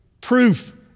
proof